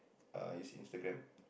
ah I see Instagram